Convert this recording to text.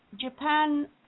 Japan